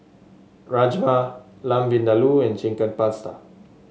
Rajma Lamb Vindaloo and Chicken Pasta